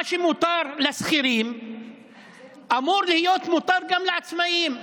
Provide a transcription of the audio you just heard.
מה שמותר לשכירים אמור להיות מותר גם לעצמאים,